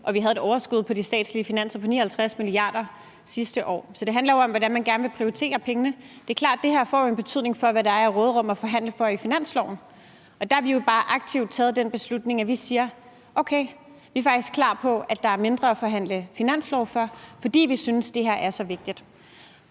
og vi havde et overskud på de statslige finanser på 59 mia. kr. sidste år. Så det handler jo om, hvordan man gerne vil prioritere pengene. Det er klart, at det her jo får en betydning for, hvad der er af råderum at forhandle om i finansloven, og der har vi bare aktivt taget den beslutning, at vi siger: Okay, vi er faktisk klar på, at der er mindre at forhandle finanslov for, fordi vi synes, det her er så vigtigt.